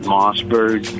Mossberg